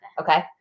Okay